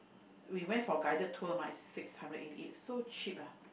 we went for guided tour mah is six hundred eighty eight so cheap ah